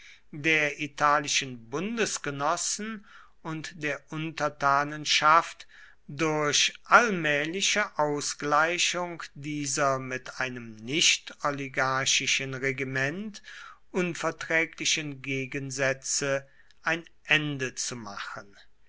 der italischen bundesgenossen und der untertanenschaft durch allmähliche ausgleichung dieser mit einem nichtoligarchischen regiment unverträglichen gegensätze ein ende zu machen